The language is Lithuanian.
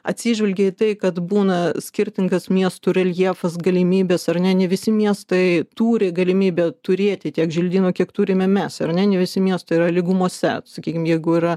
atsižvelgia į tai kad būna skirtingas miestų reljefas galimybės ar ne ne visi miestai turi galimybę turėti tiek želdynų kiek turime mes ar ne visi miestai yra lygumose sakykim jeigu yra